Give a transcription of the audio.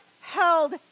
held